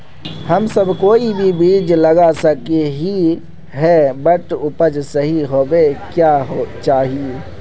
हम सब कोई भी बीज लगा सके ही है बट उपज सही होबे क्याँ चाहिए?